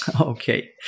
Okay